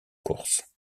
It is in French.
course